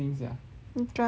which one